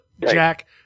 Jack